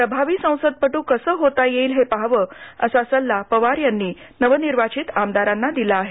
प्रभावी संसदपट्र कसं होता येईल हे पाहावं असा सल्ला पवार यांनी नवनिर्वाचित आमदारांना दिला आहे